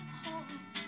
home